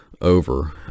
over